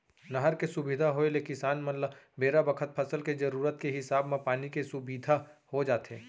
नहर के सुबिधा होय ले किसान मन ल बेरा बखत फसल के जरूरत के हिसाब म पानी के सुबिधा हो जाथे